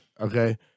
okay